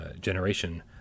generation